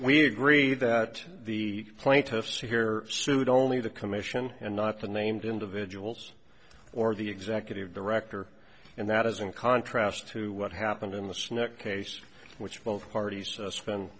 we agreed that the plaintiffs here sued only the commission and not the named individuals or the executive director and that is in contrast to what happened in the snet case which both parties spend